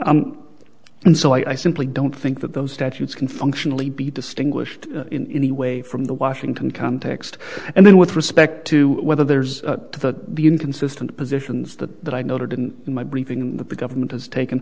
washington and so i simply don't think that those statutes can functionally be distinguished in any way from the washington context and then with respect to whether there's to the inconsistent positions that that i noted in my briefing that the government has taken